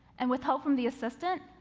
and with help from the assistant,